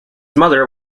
mother